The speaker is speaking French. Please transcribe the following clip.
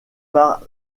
par